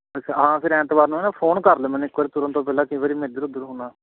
ਅੱਛਾ ਹਾਂ ਫਿਰ ਐਤਵਾਰ ਨੂੰ ਹੈ ਨਾ ਫੋਨ ਕਰ ਲਿਓ ਮੈਨੂੰ ਇੱਕ ਵਾਰ ਤੁਰਨ ਤੋਂ ਪਹਿਲਾਂ ਕਈ ਵਾਰੀ ਮੈਂ ਇੱਧਰ ਉੱਧਰ ਹੁੰਦਾ